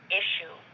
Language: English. issue